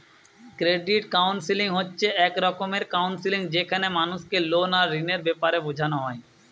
credit counselling হচ্ছে এক রকমের কাউন্সেলিং যেখানে মানুষকে লোন আর ঋণের বেপারে বুঝানা হয়